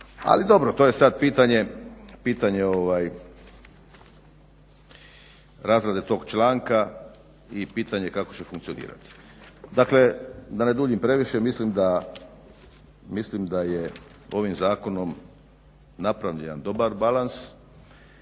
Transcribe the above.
Ali dobro to je sada pitanje razrade tog članka i pitanje kako će to funkcionirati. Dakle, da ne duljim previše mislim da je ovim zakonom napravljen jedan dobar balans